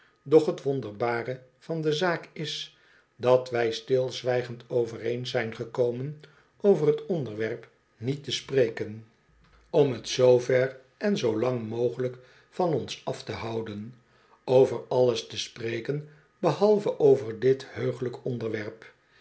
doch t wonderbare van de zaak is dat wij stilzwijgend overeen zijn gekomen over t onderwerp niet te spreken om t zoo ver en zoo lang mogelijk van ons af te houden over alles te spreken behalve over dit heuglijk onderwerp